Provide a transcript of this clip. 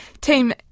Team